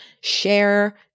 Share